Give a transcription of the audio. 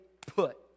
put